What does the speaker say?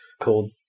called